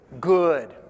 Good